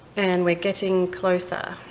and we're getting closer.